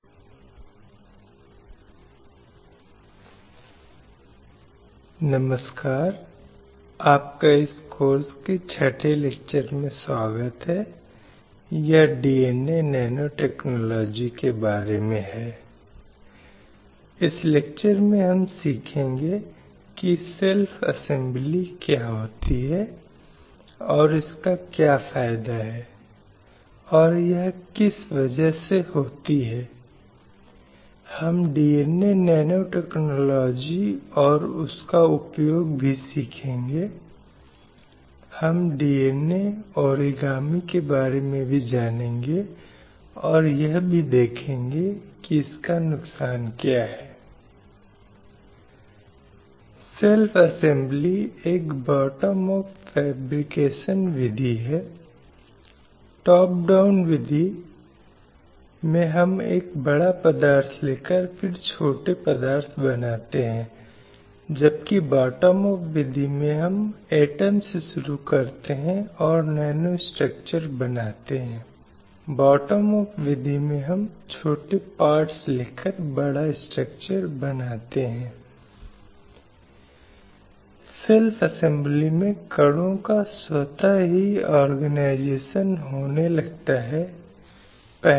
NPTEL NPTEL online प्रमाणन पाठ्यक्रम NPTEL online certification course लैंगिक न्याय एवं कार्यस्थल सुरक्षा पर पाठ्यक्रम course on gender justice and workplace security Prodipa Dubey द्वारा राजीव गांधी बौद्धिक संपदा कानून विद्यालय Rajiv Gandhi school of intellectual property law I I T Kharagpur व्याख्यान 06 अंतर्राष्ट्रीय दृष्टिकोण इंटरनेशनल पर्सपेक्टिव्स नमस्कार प्रिय छात्रों मैं लैंगिक न्याय और कार्यस्थल सुरक्षा पर पाठ्यक्रम में आपका स्वागत करती हूं